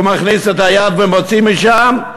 שהוא מכניס את היד ומוציא משם,